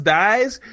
dies